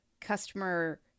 customer